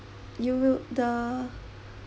you will the